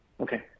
Okay